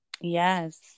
Yes